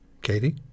Katie